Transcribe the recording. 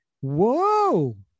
whoa